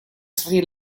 sri